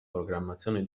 programmazione